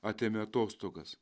atėmė atostogas